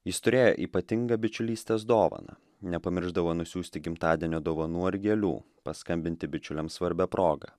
jis turėjo ypatingą bičiulystės dovaną nepamiršdavo nusiųsti gimtadienio dovanų ar gėlių paskambinti bičiuliams svarbia proga